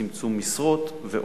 לצמצום משרות ועוד.